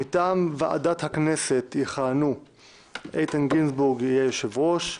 מטעם ועדת הכנסת יכהנו איתן גינזבורג יהיה יושב-ראש הוועדה,